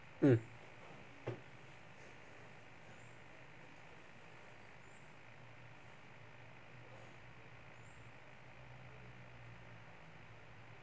mm